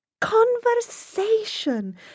conversation